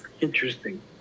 Interesting